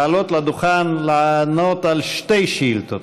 לעלות לדוכן לענות על שתי שאילתות: